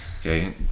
okay